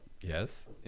yes